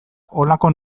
honako